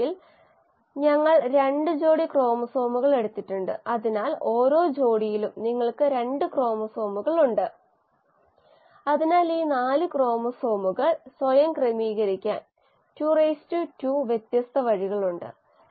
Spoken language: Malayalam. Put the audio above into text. ലിമിറ്റിങ് സബ്സ്ട്രേറ്റ് പരിഗണിച്ച് എസ്സ് എന്നത് ലിമിറ്റിങ് സബ്സ്ട്രേറ്റ് ആണ് നമുക്ക് പറയാം നിർദ്ദിഷ്ട വളർച്ചാ നിരക്കിന്റെ വ്യതിയാനം mu rx നമ്മൾ പറഞ്ഞ mu x ന് തുല്യമാണെന്ന് ഓർമ്മിക്കുക rxμx അതിനാൽ ഇവിടെ ഇതേ mu ആണെന്ന് നമുക്ക് പറയാം സബ്സ്ട്രേറ്റ് കേന്ദ്രീകരണത്തോടുകൂടിയ നിർദ്ദിഷ്ട വളർച്ചാ നിരക്കിന്റെ വ്യത്യാസം ഈ ഗ്രാഫിൽ നൽകിയിരിക്കുന്നു